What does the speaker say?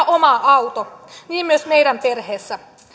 oma auto niin myös meidän perheessä